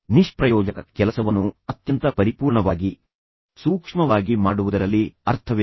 ನಿಷ್ಪ್ರಯೋಜಕ ಕೆಲಸವನ್ನು ಅತ್ಯಂತ ಪರಿಪೂರ್ಣವಾಗಿ ಸೂಕ್ಷ್ಮವಾಗಿ ಮಾಡುವುದರಲ್ಲಿ ಅರ್ಥವಿಲ್ಲ